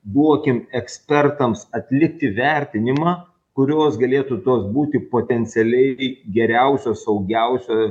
duokim ekspertams atlikti vertinimą kurios galėtų tuos būti potencialiai geriausio saugiausio